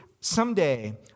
someday